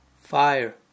fire